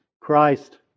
Christ